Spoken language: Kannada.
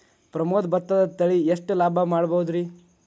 ಪ್ರಮೋದ ಭತ್ತದ ತಳಿ ಎಷ್ಟ ಲಾಭಾ ಮಾಡಬಹುದ್ರಿ?